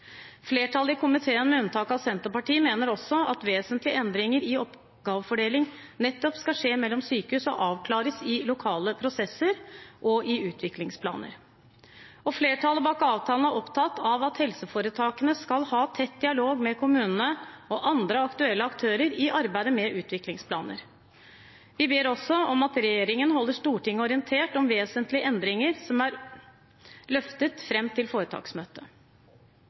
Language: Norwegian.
Flertallet i komiteen, med unntak av Senterpartiet, mener også at vesentlige endringer i oppgavefordeling nettopp skal skje mellom sykehus og avklares i lokale prosesser og i utviklingsplaner. Flertallet bak avtalen er opptatt av at helseforetakene skal ha tett dialog med kommunene og andre aktuelle aktører i arbeidet med utviklingsplaner. Vi ber også om at regjeringen holder Stortinget orientert om vesentlige endringer som er løftet fram til